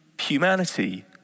humanity